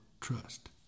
trust